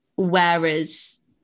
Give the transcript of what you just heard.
whereas